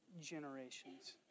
generations